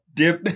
dip